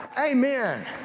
Amen